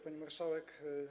Pani Marszałek!